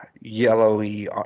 yellowy